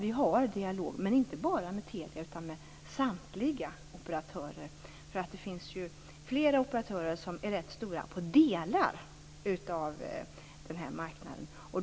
Vi har en dialog, inte bara med Telia utan med samtliga operatörer. Det finns ju flera operatörer som är ganska stora på delar av den här marknaden.